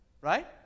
right